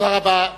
תודה רבה.